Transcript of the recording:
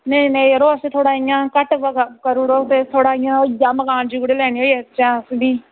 नेईं नेईं जरो अस थोह्ड़ा इ'यां घट्ट करी ओड़ो थोह्ड़ा इ'यां होइया मकान जुगड़े लैने आस्तै होई आचे अस बी